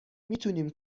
میتونیم